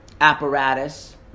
apparatus